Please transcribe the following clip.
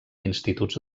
instituts